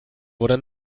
wurde